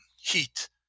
heat